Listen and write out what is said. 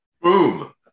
Boom